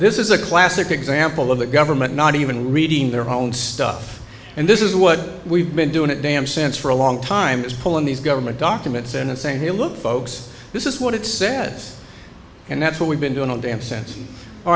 this is a classic example of the government not even reading their own stuff and this is what we've been doing it damn sense for a long time is pulling these government documents in and saying hey look folks this is what it said and that's what we've been doing all damn sense all